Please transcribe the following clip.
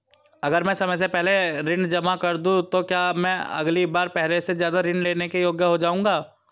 अगर मैं समय से पहले ऋण जमा कर दूं तो क्या मैं अगली बार पहले से ज़्यादा ऋण लेने के योग्य हो जाऊँगा?